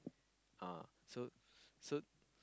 uh so so